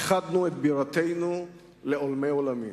איחדנו את בירתנו לעולמי עולמים.